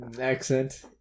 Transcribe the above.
accent